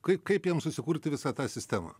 kaip kaip jam susikurti visą tą sistemą